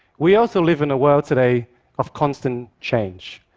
we also live in a world today of constant change.